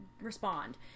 respond